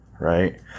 right